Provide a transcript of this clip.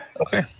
Okay